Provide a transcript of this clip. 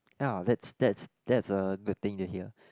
ya that's that's that's a good thing to hear